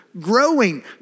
growing